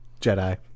Jedi